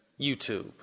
YouTube